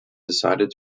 decided